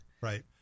right